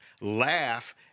laugh